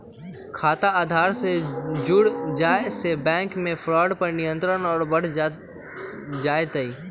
खाता आधार से जुड़ जाये से बैंक मे फ्रॉड पर नियंत्रण और बढ़ जय तय